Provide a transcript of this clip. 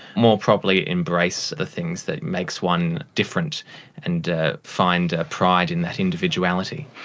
more properly embrace the things that makes one different and find a pride in that individuality.